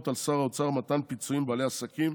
על שר האוצר מתן פיצויים לבעלי עסקים